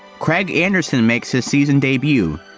craig anderson makes his season debut.